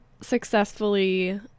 successfully